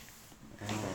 oh